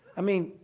i mean,